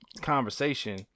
conversation